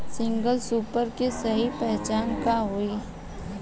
Single super के सही पहचान का हई?